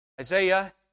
Isaiah